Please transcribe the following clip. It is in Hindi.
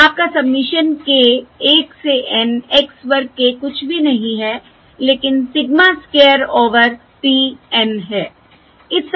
आपका सबमिशन k 1 से N x वर्ग k कुछ भी नहीं है लेकिन sigma square over p N है